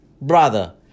Brother